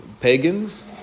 Pagans